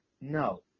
no